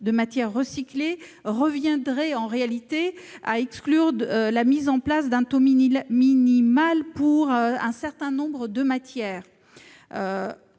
de matière recyclée, ce qui reviendrait à exclure la mise en place d'un taux minimal pour un certain nombre de matières.